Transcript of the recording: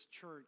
church